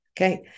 Okay